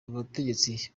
abategetsi